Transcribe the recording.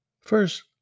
First